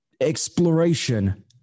exploration